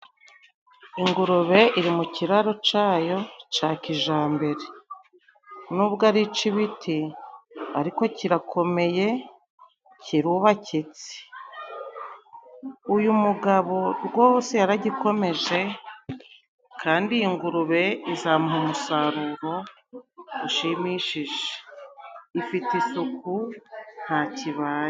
Ingurube iri mu kiraro cayo ca kijambere. N'ubwo ari ico ibiti, ariko kirakomeye, kirubakitse. Uyu mugabo rwose yaragikomeje, kandi iyi ingurube izamuha umusaruro ushimishije, ifite isuku ntacyo ibaye.